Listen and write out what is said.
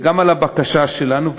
וגם על הבקשה שלנו,